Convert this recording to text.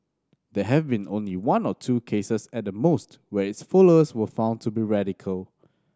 there have been only one or two cases at the most where its followers were found to be radical